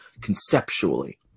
conceptually